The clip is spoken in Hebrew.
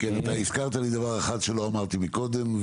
אתה הזכרת לי דבר אחד שלא אמרתי קודם,